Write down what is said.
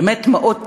באמת מעות דלות,